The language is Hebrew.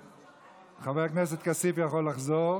חבר הכנסת כסיף יכול לחזור.